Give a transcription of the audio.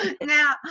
Now